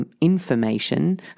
information